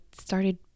started